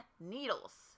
Needles